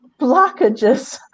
blockages